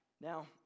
Now